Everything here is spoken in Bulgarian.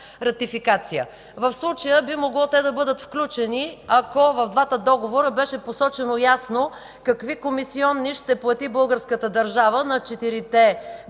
В случая би могло те да бъдат включени, ако в двата договора беше посочено ясно какви комисионни ще плати българската държава на четирите банки